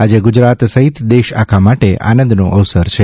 આજે ગુજરાત સહિત દેશ આખા માટે આનંદનો અવસર છે